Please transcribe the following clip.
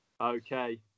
okay